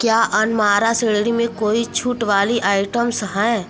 क्या अनमारा श्रेणी में कोई छूट वाले आइटम्स हैं